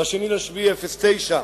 ב-2 ביולי 2009,